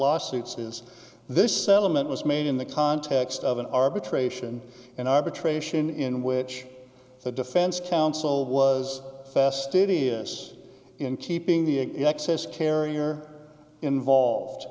lawsuits is this settlement was made in the context of an arbitration an arbitration in which the defense counsel was fastidious in keeping the excess carrier involved